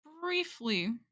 briefly